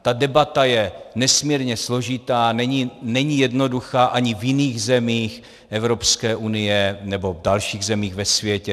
Ta debata je nesmírně složitá, není jednoduchá ani v jiných zemích Evropské unie nebo v dalších zemích ve světě.